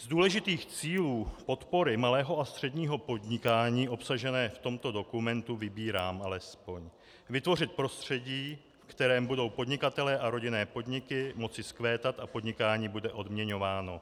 Z důležitých cílů podpory malého a středního podnikání obsažené v tomto dokumentu vybírám alespoň: Vytvořit prostředí, v kterém budou podnikatelé a rodinné podniky moci vzkvétat a podnikání bude odměňováno.